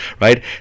right